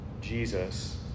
Jesus